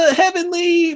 heavenly